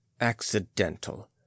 accidental